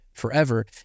Forever